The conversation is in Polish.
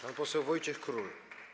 Pan poseł Wojciech Król.